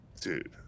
Dude